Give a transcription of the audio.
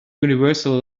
universal